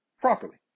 properly